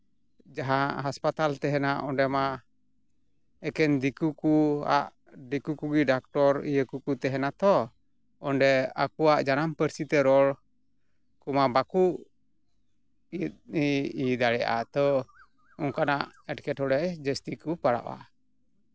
ᱡᱟᱦᱟᱸ ᱦᱟᱥᱯᱟᱛᱟᱞ ᱛᱮᱦᱮᱱᱟ ᱚᱸᱰᱮ ᱢᱟ ᱮᱠᱮᱱ ᱫᱤᱠᱩ ᱠᱚᱣᱟᱜ ᱫᱤᱠᱩ ᱠᱚᱜᱮ ᱰᱟᱠᱴᱚᱨ ᱤᱭᱟᱹ ᱠᱚᱠᱚ ᱛᱟᱦᱮᱱᱟ ᱛᱚ ᱚᱸᱰᱮ ᱟᱠᱚᱣᱟᱜ ᱡᱟᱱᱟᱢ ᱯᱟᱹᱨᱥᱤ ᱛᱮ ᱨᱚᱲ ᱠᱚᱢᱟ ᱵᱟᱠᱚ ᱤᱭᱟᱹ ᱫᱟᱲᱮᱭᱟᱜᱼᱟ ᱛᱚ ᱚᱱᱠᱟᱱᱟᱜ ᱮᱴᱠᱮᱴᱚᱬᱮ ᱡᱟᱹᱥᱛᱤ ᱠᱚ ᱯᱟᱲᱟᱣᱚᱜᱼᱟ